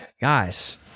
guys